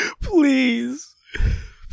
please